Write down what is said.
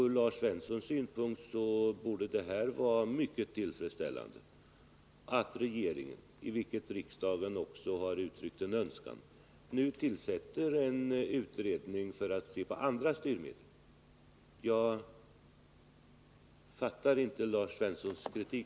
Ur Lars Svenssons synpunkt borde det vara mycket tillfredsställande att regeringen nu tillsätter en utredning för att se på andra styrmedel, vilket riksdagen också har uttryckt en önskan om. Jag fattar inte Lars Svenssons kritik.